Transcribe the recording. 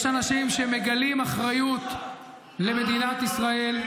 יש אנשים שמגלים אחריות למדינת ישראל,